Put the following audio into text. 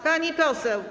Pani poseł.